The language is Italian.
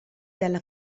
dalla